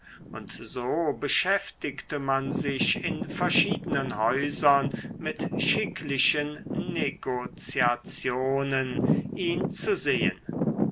und so beschäftigte man sich in verschiedenen häusern mit schicklichen negotiationen ihn zu sehen